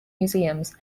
museums